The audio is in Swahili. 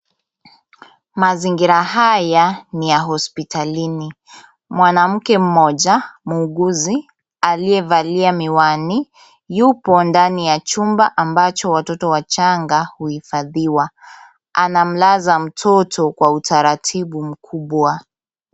Mazingira haya ni ya hospitalini. Mwanamke mmoja muuguzi aliyevalia miwani, yupo ndani ya chumba ambacho watoto wachanga huifadhiwa. Anamlaza mtoto kwa utaratibu mkubwa.